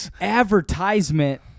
advertisement